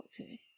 Okay